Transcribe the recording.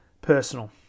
personal